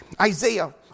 Isaiah